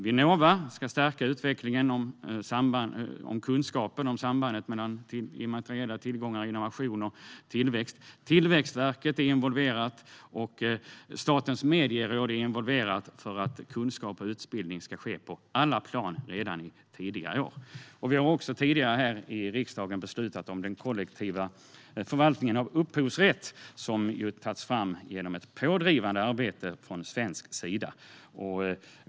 Vinnova ska stärka utvecklingen av kunskap om sambandet mellan immateriella tillgångar, innovation och tillväxt. Tillväxtverket och Statens medieråd är involverade för att kunskap ska finnas och utbildning ske på alla plan redan i tidiga år. Vi har tidigare i riksdagen beslutat om den kollektiva förvaltningen av upphovsrätt, som tagits fram genom ett pådrivande arbete från svensk sida.